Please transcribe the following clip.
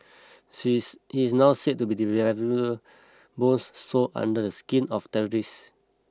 she is he is now said to be developing bombs sewn under the skin of terrorists